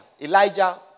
Elijah